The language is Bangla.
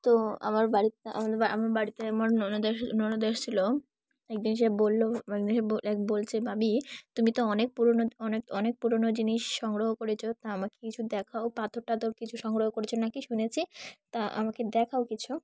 তো আমার বাড়ি আমাদের বাড়ি আমার বাড়িতে আমার ননদ এসে ননদ এসেছিল একদিন সে বলল একদিন সে বলল এক বলছে ভাবী তুমি তো অনেক পুরনো অনেক অনেক পুরনো জিনিস সংগ্রহ করেছ তা আমাকে কিছু দেখাও পাথর টাথর কিছু সংগ্রহ করেছ নাকি শুনেছি তা আমাকে দেখাও কিছু